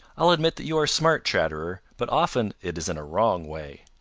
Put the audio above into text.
i'll admit that you are smart, chatterer, but often it is in a wrong way.